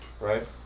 right